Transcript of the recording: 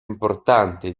importante